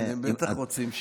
כן, הם בטח רוצים שמית.